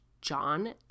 John